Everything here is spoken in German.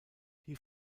die